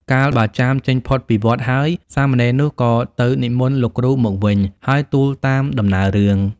កាលបើចាមចេញផុតពីវត្តហើយ សាមណេរនោះក៏ទៅនិមន្តលោកគ្រូមកវិញ ហើយទូលតាមដំណើររឿង។